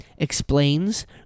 explains